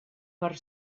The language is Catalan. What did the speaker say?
per